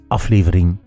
aflevering